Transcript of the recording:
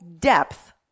depth